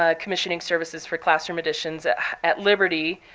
ah commissioning services for classroom additions at liberty,